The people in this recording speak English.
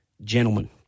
Gentlemen